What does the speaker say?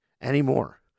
anymore